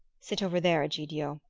sit over there, egidio.